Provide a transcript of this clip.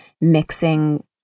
mixing